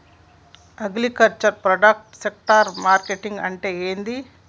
Agriculture product network marketing అంటే ఏంది?